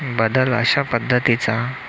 बदल अशा पद्धतीचा